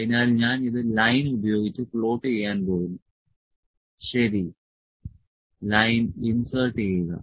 അതിനാൽ ഞാൻ ഇത് ലൈൻ ഉപയോഗിച്ച് പ്ലോട്ട് ചെയ്യാൻ പോകുന്നു ശരി ലൈൻ ഇൻസേർട്ട് ചെയ്യുക